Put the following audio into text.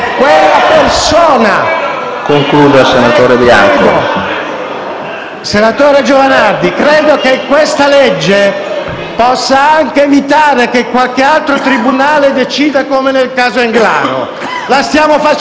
Senatore Giovanardi, credo che questo provvedimento possa anche evitare che qualche altro tribunale decida come nel caso Englaro. La stiamo facendo o no per questo?